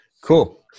Cool